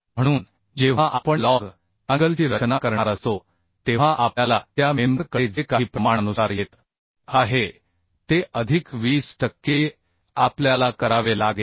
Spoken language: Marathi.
म्हणून जेव्हा आपण लजअँगलची रचना करणार असतो तेव्हा आपल्याला त्या मेंबर कडे जे काही प्रमाणानुसार येत आहे ते अधिक 20 टक्के आपल्याला करावे लागेल